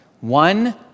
One